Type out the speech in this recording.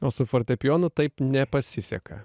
o su fortepijonu taip nepasiseka